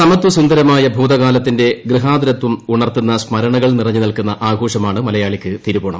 സമത്യ സുന്ദരമായ ഭൂതകാലത്തിന്റെ ഗൃഹാതുരത്വമുണർത്തുന്ന സ്മരണകൾ നിറഞ്ഞു നിൽക്കുന്ന ആഘോഷമാണ് മലയാളിക്ക് തിരുവോണം